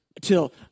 till